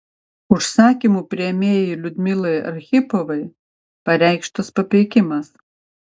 užsakymų priėmėjai liudmilai archipovai pareikštas papeikimas